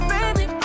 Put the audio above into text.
Baby